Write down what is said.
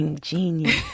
genius